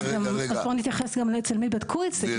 אז בוא נתייחס גם אצל מי בדקו את זה,